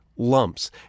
lumps